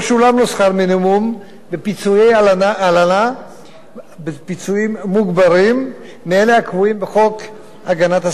שכר מינימום בפיצויי הלנה מוגברים מאלה הקבועים בחוק הגנת השכר.